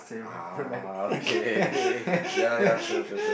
ah okay ya ya true true true